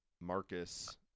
Marcus